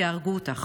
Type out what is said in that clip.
יהרגו אותך.